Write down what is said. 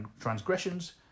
transgressions